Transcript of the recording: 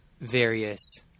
various